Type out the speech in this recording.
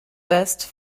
west